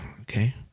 Okay